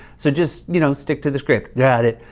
so just, you know, stick to the script. yeah got it.